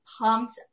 pumped